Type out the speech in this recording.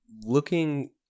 looking